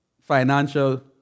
financial